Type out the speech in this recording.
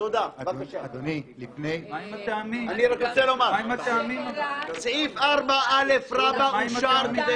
אני רק רוצה לומר שסעיף 4א אושר.